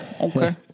okay